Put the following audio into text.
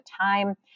time